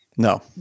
No